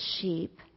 sheep